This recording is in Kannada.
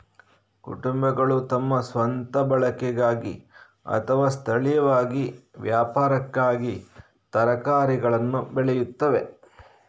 ಕುಟುಂಬಗಳು ತಮ್ಮ ಸ್ವಂತ ಬಳಕೆಗಾಗಿ ಅಥವಾ ಸ್ಥಳೀಯವಾಗಿ ವ್ಯಾಪಾರಕ್ಕಾಗಿ ತರಕಾರಿಗಳನ್ನು ಬೆಳೆಯುತ್ತವೆ